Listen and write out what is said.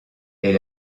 est